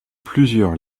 plusieurs